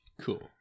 Cool